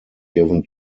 given